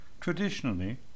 traditionally